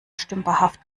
stümperhaft